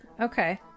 Okay